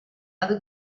other